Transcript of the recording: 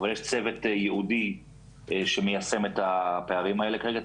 אבל יש צוות ייעודי שמיישם את הפערים האלה כרגע,